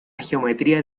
geometría